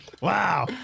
Wow